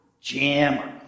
jam